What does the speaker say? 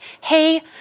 hey